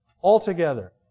altogether